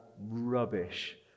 rubbish